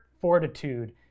fortitude